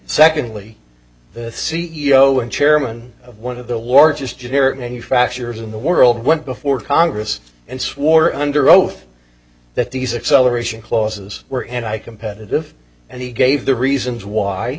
secondly the c e o and chairman of one of the largest generic manufacturers in the world went before congress and swore under oath that these excel aeration clauses were and i competitive and he gave the reasons why